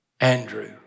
Andrew